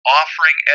offering